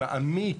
מעמיק,